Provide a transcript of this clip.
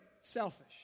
selfish